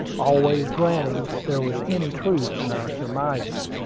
always granting there was any truth in our surmises.